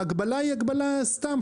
ההגבלה היא הגבלה סתם,